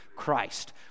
Christ